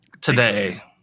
today